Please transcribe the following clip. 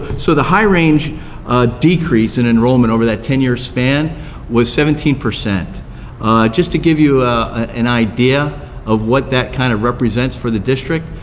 so the high range decrease in enrollment over that ten year span was seventeen. just to give you and idea of what that kind of represents for the district,